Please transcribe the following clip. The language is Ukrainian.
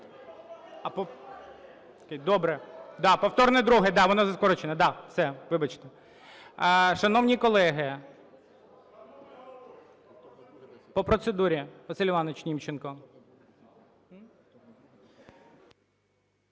Добре. Да. Повторне друге, да, воно за скороченою, да. Все. Вибачте. Шановні колеги… По процедурі Василь Іванович Німченко.